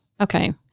Okay